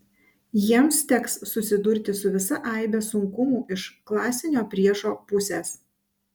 jiems teks susidurti su visa aibe sunkumų iš klasinio priešo pusės